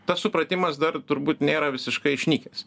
tas supratimas dar turbūt nėra visiškai išnykęs